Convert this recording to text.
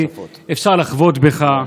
אפשר לחבוט בך,